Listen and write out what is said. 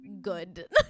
good